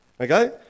Okay